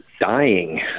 dying